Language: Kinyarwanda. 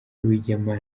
rwigema